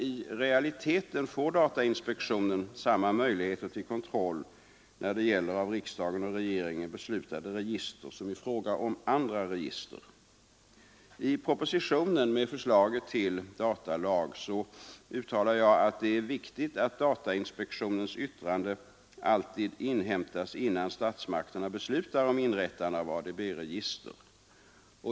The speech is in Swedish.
I realiteten får datainspektionen emellertid samma möjligheter till kontroll när det gäller av riksdagen och regeringen beslutade register som i fråga om andra register. I propositionen med förslag till datalag uttalade jag att det är viktigt att datainspektionens yttrande alltid inhämtas innan statsmakterna beslutar om inrättande av ADB-register.